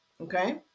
Okay